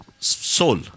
soul